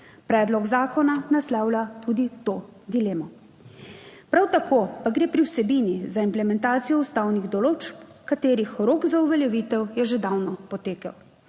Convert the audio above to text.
Predlog zakona naslavlja tudi to dilemo. Prav tako pa gre pri vsebini za implementacijo ustavnih določb, katerih rok za uveljavitev je že davno potekel,